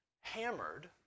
hammered